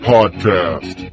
Podcast